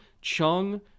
Chung